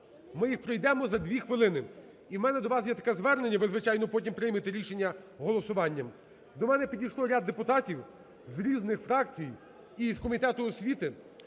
Ми їх пройдемо за 2 хвилини. І у мене до вас є таке звернення. Ви, звичайно, потім приймете рішення голосуванням. До мене підійшли ряд депутатів з різних фракцій і з комітету освіти,